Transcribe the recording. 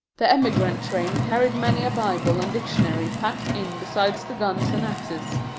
the emigrant-train carried many a bible and dictionary packed in beside the guns and axes.